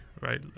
right